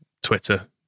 Twitter